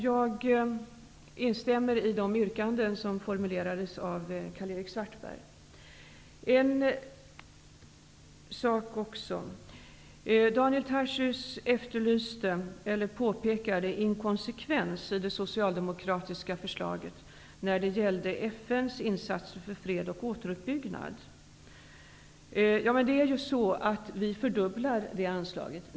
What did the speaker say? Jag instämmer i de yrkanden som formulerades av Karl-Erik Svartberg. Daniel Tarschys påpekade en inkonsekvens i det socialdemokratiska förslaget om FN:s insatser för fred och återuppbyggnad. Vi föreslår en fördubbling av det anslaget.